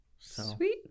Sweet